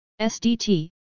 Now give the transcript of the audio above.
SDT